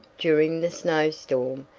during the snow-storm,